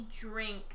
drink